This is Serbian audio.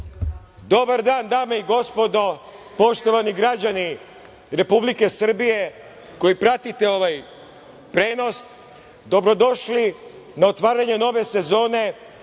dan dame i gospodo, poštovani građani Republike Srbije koji pratite ovaj prenos, dobrodošli na otvaranje nove sezone